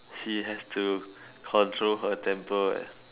she has to control her temper